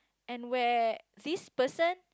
and where this person